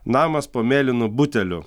namas po mėlynu buteliu